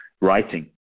writing